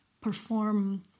perform